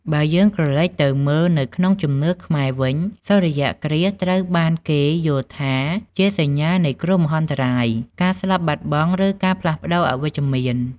បើយើងក្រឡេកទៅមើលនៅក្នុងជំនឿខ្មែរវិញ សូរ្យគ្រាសត្រូវបានគេយល់ថាជាសញ្ញានៃគ្រោះមហន្តរាយ ការស្លាប់បាត់បង់ ឬការផ្លាស់ប្តូរអវិជ្ជមាន ។